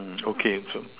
mm okay so